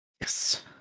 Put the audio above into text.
Yes